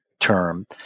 term